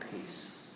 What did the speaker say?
peace